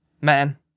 man